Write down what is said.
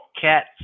Cat